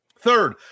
Third